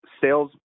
sales